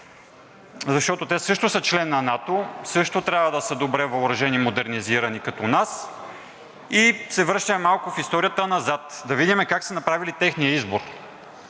защото те също са член на НАТО и също трябва да са добре въоръжени и модернизирани като нас. Връщаме се малко в историята назад, за да видим как са направили своя избор.